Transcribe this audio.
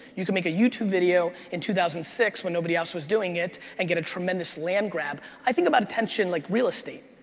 you can make a youtube video in two thousand and six when nobody else was doing it and get a tremendous land grab. i think about attention like real estate.